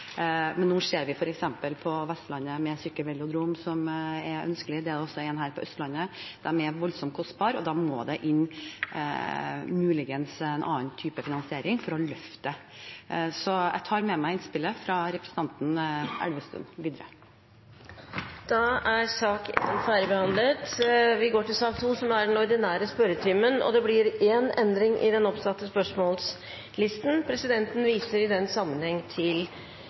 men vi ser f.eks. på Vestlandet at en sykkelvelodrom er ønskelig – det er også en her på Østlandet. De er voldsomt kostbare, og da må det muligens inn en annen type finansiering for å løfte dette. Jeg tar med meg innspillet fra representanten Elvestuen videre. Dermed er den muntlige spørretimen omme, og vi går til den ordinære spørretimen. Det blir én endring i den oppsatte spørsmålslisten, og presidenten viser i den sammenheng til